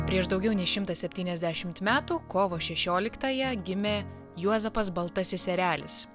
prieš daugiau nei šimtą septyniasdešim metų kovo šešioliktąją gimė juozapas baltasis erelis